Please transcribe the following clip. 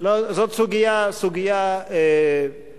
לא העליתי על הדעת.